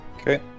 Okay